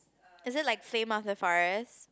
is it like Flame of the Forest